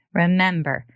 remember